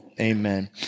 Amen